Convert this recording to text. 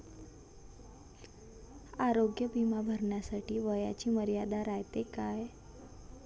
आरोग्य बिमा भरासाठी वयाची मर्यादा रायते काय?